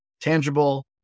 tangible